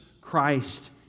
Christ